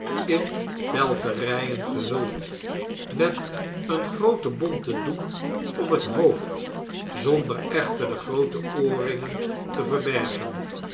in pelterjjen gehuld met een grooten bonten doek om het hoofd zonder echter de groote oorringen te verbergen